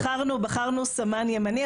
בחרנו סמן ימני,